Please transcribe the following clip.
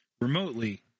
remotely